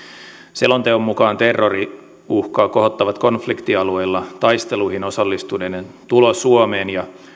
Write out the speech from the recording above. selonteon mukaan terroriuhkaa kohottavat konfliktialueilla taisteluihin osallistuneiden tulo suomeen ja